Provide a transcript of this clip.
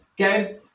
Okay